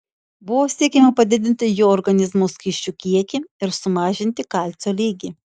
buvo siekiama padidinti jo organizmo skysčių kiekį ir sumažinti kalcio lygį